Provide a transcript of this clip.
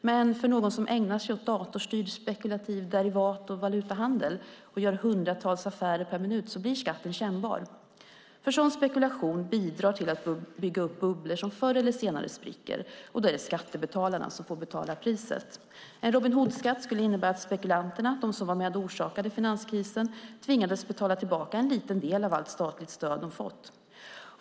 Men för någon som ägnar sig åt datorstyrd spekulativ derivat och valutahandel och gör hundratals affärer per minut blir skatten kännbar. Sådan spekulation bidrar till att bygga upp bubblor som förr eller senare spricker, och då är det skattebetalarna som får betala priset. En Robin Hood-skatt skulle innebära att spekulanterna, de som var med och orsakade finanskrisen, tvingades betala tillbaka en liten del av allt statligt stöd som de har fått.